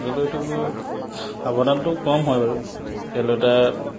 আচলতে এইটো সাৱধানটো কম হয় বাৰু খেলুৱৈ এটা